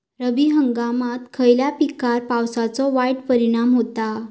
रब्बी हंगामात खयल्या पिकार पावसाचो वाईट परिणाम होता?